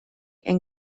and